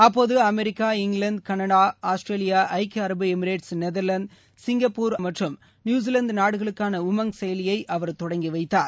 அப்போது America England Canada Australia ஐக்கிய அரபு எமிரேட்ஸ் நெதர்லாந்து சிங்ப்பூர் ஆஸ்திரேலியா மற்றும் நியூசிலாந்து நாடுகளுக்கான உமங் செயலியை அவர் தொடங்கி வைத்தார்